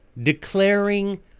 declaring